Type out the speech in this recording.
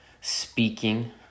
speaking